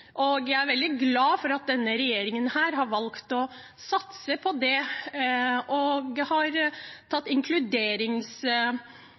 Jeg er veldig glad for at denne regjeringen har valgt å satse på det, og har